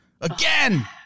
Again